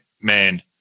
man